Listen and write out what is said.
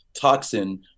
Toxin